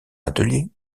atelier